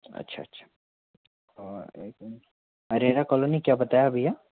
अच्छा अच्छा और कॉलोनी क्या बताया भईया